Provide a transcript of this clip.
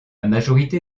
majorité